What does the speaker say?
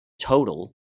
total